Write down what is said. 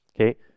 okay